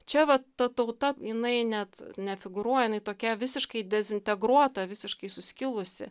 čia vat ta tauta jinai net nefigūruoja jinai tokia visiškai dezintegruota visiškai suskilusi